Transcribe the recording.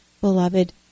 beloved